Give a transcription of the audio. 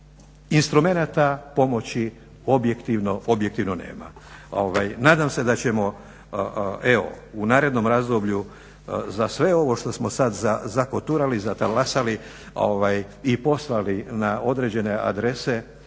instrumenata pomoći objektivno nema. Nadam se da ćemo evo u narednom razdoblju za sve ovo što smo zakoturali, zatalasali i poslali na određena